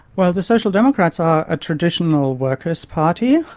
well, the social democrats are a traditional workers party,